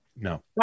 no